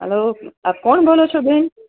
hello હા કોણ બોલો છો બેન